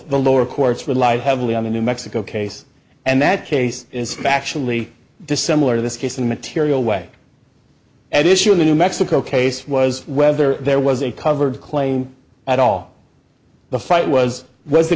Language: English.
the lower courts relied heavily on the new mexico case and that case is factually dissimilar to this case in material way at issue in the new mexico case was whether there was a covered claim at all the fight was w